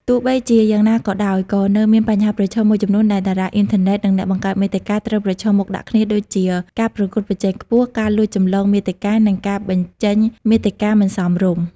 ទោះបីជាយ៉ាងណាក៏ដោយ ក៏នៅមានបញ្ហាប្រឈមមួយចំនួនដែលតារាអុីនធឺណិត និងអ្នកបង្កើតមាតិកាត្រូវប្រឈមមុខដាក់គ្នាដូចជា ការប្រកួតប្រជែងខ្ពស់ ការលួចចម្លងមាតិកា និងការបញ្ចេញមាតិកាមិនសមរម្យ។